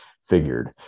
Figured